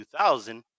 2000